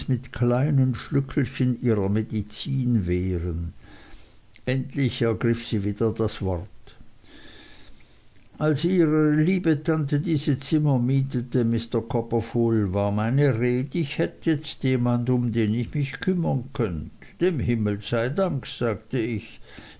mit kleinen schlückchen ihrer medizin wehren endlich ergriff sie wieder das wort als ihner liebe tante diese zimmer mietete mr copperfull war meine red ich hätte jetzt jemand um den ich mich kümmern könnt dem himmel sei dank sagte ich